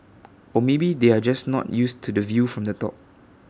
or maybe they are just not used to the view from the top